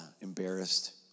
embarrassed